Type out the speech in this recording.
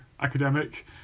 academic